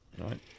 Right